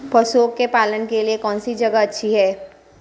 पशुओं के पालन के लिए कौनसी जगह अच्छी है?